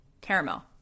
caramel